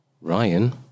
Ryan